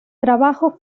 trabajo